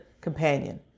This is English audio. companion